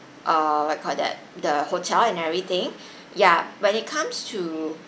uh what we call that the hotel and everything ya when it comes to